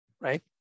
right